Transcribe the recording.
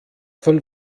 von